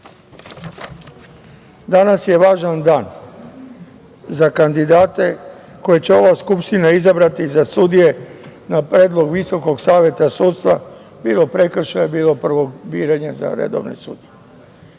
danas je važan dan za kandidate koje će ova Skupština izabrati za sudije na predlog Visokog saveta sudstva, bilo prekršaja, bilo prvo biranje za redovne sudije.